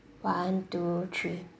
one two three